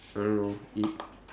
I don't know he